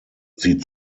sie